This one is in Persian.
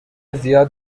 زیاد